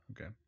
Okay